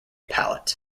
palate